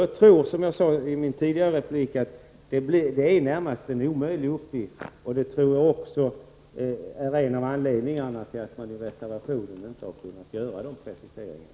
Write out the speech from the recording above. Jag tror, som jag sade tidigare, att det är en nästan omöjlig uppgift. Jag tror att det också är en av anledningarna till att man i reservationen inte har kunnat göra preciseringar.